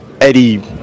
Eddie